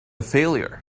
failure